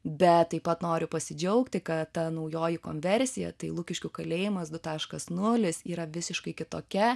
bet taip pat noriu pasidžiaugti kad ta naujoji konversija tai lukiškių kalėjimas taškas nulis yra visiškai kitokia